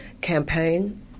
campaign